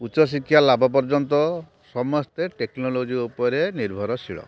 ଉଚ୍ଚଶିକ୍ଷା ଲାଭ ପର୍ଯ୍ୟନ୍ତ ସମସ୍ତେ ଟେକ୍ନୋଲୋଜି ଉପରେ ନିର୍ଭରଶୀଳ